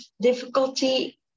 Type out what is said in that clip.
difficulty